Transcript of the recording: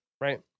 Right